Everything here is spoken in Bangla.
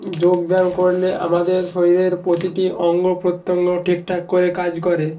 যোগ ব্যায়াম করলে আমাদের শরীরের প্রতিটি অঙ্গপ্রত্যঙ্গ ঠিকঠাক করে কাজ করে